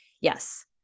yes